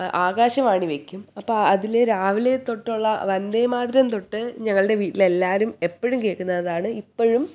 ആകാശവാണി വെയ്ക്കും അപ്പോൾ അതിൽ രാവിലെ തൊട്ടുള്ള വന്ദേ മാതരം തൊട്ടു ഞങ്ങളുടെ വീട്ടിലെല്ലാവരും എപ്പോഴും കേൾക്കുന്നതാണ് ഇപ്പോഴും